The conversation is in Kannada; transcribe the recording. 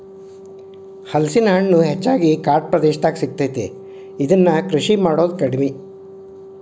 ಹಲಸಿನ ಹಣ್ಣು ಹೆಚ್ಚಾಗಿ ಕಾಡ ಪ್ರದೇಶದಾಗ ಸಿಗತೈತಿ, ಇದ್ನಾ ಕೃಷಿ ಮಾಡುದ ಕಡಿಮಿ